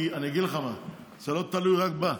כי אני אגיד לך מה: זה לא תלוי רק בה.